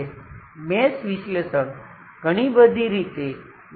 આ નોડ તેનાં જેવો જ છે જે ભેગાં કરીને રચાય છે